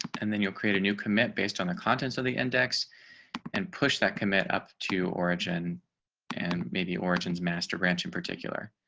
and then you'll create a new commit based on the content. so the index and push that commit up to origin and maybe origins master branch in particular.